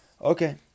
Okay